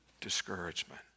discouragement